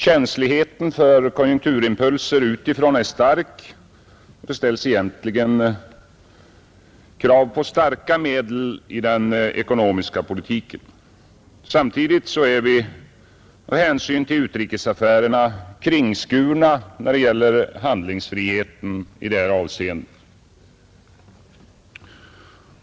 Känsligheten för konjunkturimpulser utifrån är stor, och det ställs krav på starka medel i den ekonomiska politiken. Samtidigt är vi med hänsyn till utrikesaffärerna kringskurna när det gäller handlingsfriheten i det här avseendet.